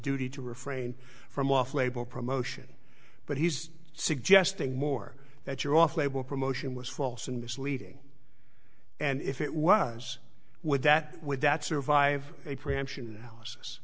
duty to refrain from off label promotion but he's suggesting more that your off label promotion was false and misleading and if it was would that would that survive a preemption